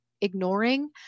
ignoring